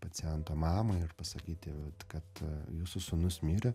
paciento mamą ir pasakyti kad jūsų sūnus mirė